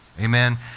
amen